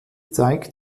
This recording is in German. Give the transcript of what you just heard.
zeigt